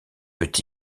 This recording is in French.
peut